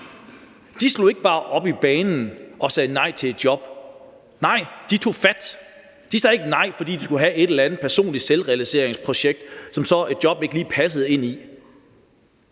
De slog ikke bare op i banen og sagde nej til et job. Nej, de tog fat; de sagde ikke nej, fordi de skulle have et eller andet personligt selvrealiseringsprojekt, som et job så ikke lige passede ind i.